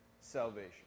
salvation